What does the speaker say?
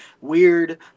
weird